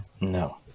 No